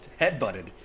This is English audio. headbutted